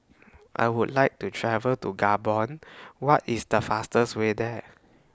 I Would like to travel to Gabon What IS The fastest Way There